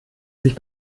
sich